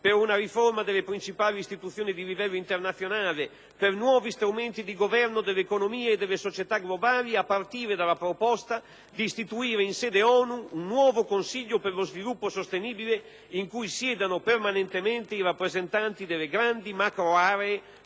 per una riforma delle principali istituzioni di livello internazionale, per nuovi strumenti di governo dell'economia e delle società globali, a partire dalla proposta di istituire in sede ONU un nuovo Consiglio per lo sviluppo sostenibile in cui siedano permanentemente i rappresentanti delle grandi macroaree